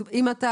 לפני כן,